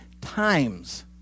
times